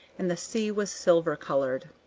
and the sea was silver-colored.